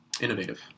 innovative